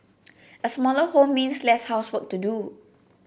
a smaller home means less housework to do